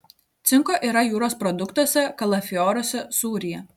cinko yra jūros produktuose kalafioruose sūryje